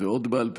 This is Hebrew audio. ועוד בעל פה.